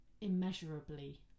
immeasurably